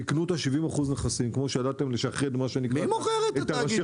תקנו את ה- 70% נכסים כמו שידעתם לשחד מה שנקרא את הראשי